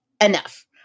enough